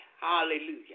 Hallelujah